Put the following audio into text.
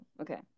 Okay